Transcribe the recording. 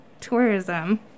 tourism